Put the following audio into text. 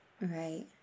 Right